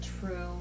true